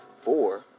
Four